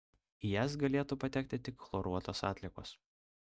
į jas galėtų patekti tik chloruotos atliekos